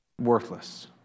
worthless